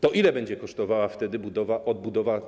To ile będzie kosztowała budowa, odbudowa.